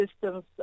systems